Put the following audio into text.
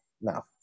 No